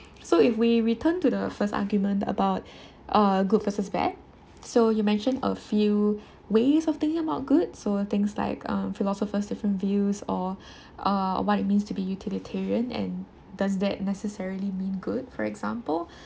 so if we return to the first argument about uh good versus bad so you mentioned a few ways or thing about good so things like philosophers different views or uh what it mean to be utilitarian and does that necessarily mean good for example